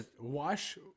Wash